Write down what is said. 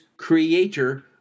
creator